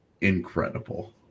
incredible